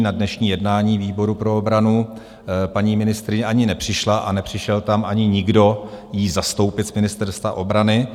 Na dnešní jednání výboru pro obranu paní ministryně ani nepřišla a nepřišel tam ani nikdo ji zastoupit z Ministerstva obrany.